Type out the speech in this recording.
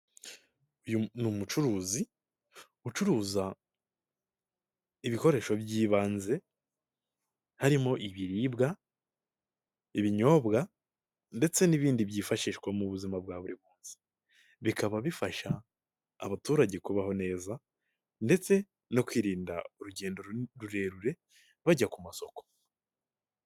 Uyu ni umucuruzi ucuruza ibikoresho by'ibanze harimo ibiribwa, ibinyobwa ndetse n'ibindi byifashishwa mu buzima bwa buri munsi. Bikaba bifasha abaturage kubaho neza ndetse no kwirinda urugendo rurerure bajya ku masoko.